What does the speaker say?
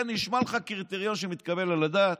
זה נשמע לך קריטריון שמתקבל על הדעת?